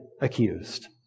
accused